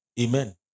Amen